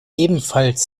ebenfalls